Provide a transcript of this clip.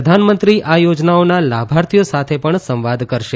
પ્રધાનમંત્રી આ યોજનાઓના લાભાર્થીઓ સાથે પણ સંવાદ કરશે